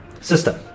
system